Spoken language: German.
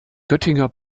göttinger